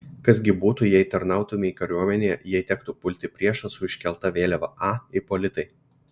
kas gi būtų jei tarnautumei kariuomenėje jei tektų pulti priešą su iškelta vėliava a ipolitai